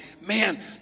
man